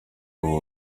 ubu